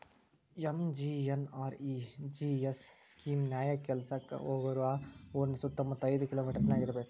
MGNREGS scheme ನ್ಯಾಯ ಕೆಲ್ಸಕ್ಕ ಹೋಗೋರು ಆ ಊರಿನ ಸುತ್ತಮುತ್ತ ಐದ್ ಕಿಲೋಮಿಟರನ್ಯಾಗ ಇರ್ಬೆಕ್